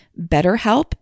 BetterHelp